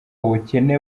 ubukene